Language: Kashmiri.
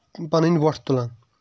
پَنٕنۍ وۄٹھ تُلان